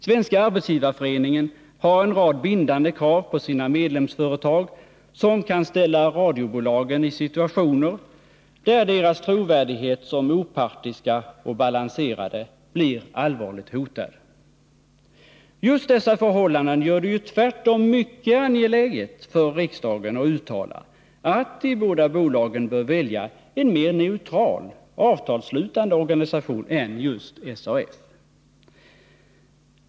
Svenska arbetsgivareföreningen har en rad bindande krav på sina medlemsföretag, som kan ställa radiobolagen i situationer där deras trovärdighet som opartiska och balanserade blir allvarligt hotad. Just dessa förhållanden gör det tvärtom mycket angeläget för riksdagen att uttala, att de båda bolagen bör välja en mer neutral avtalsslutande organisation än just SAF.